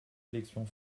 élections